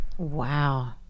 wow